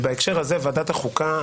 בהקשר הזה ועדת החוקה,